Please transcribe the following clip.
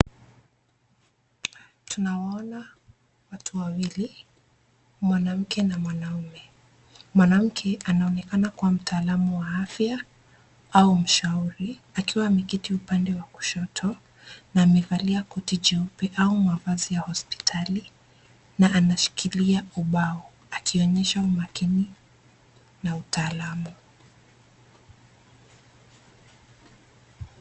Tunawaona watu wawili; mwanamke na mwanaume. Mwanamke anaonekana kuwa mtaalamu wa afya au mshauri akiwa ameketi upande wa kushoto na amevalia koti jeupe au mavazi ya hospitali na anashikilia ubao akionyesha umakini na utaalamu.